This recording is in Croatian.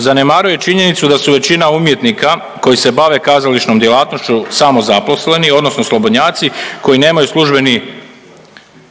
zanemaruje činjenicu da su većina umjetnika koji se bave kazališnom djelatnošću samozaposleni odnosno slobodnjaci koji nemaju službeni